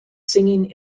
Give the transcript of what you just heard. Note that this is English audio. singing